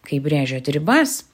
kai brėžiat ribas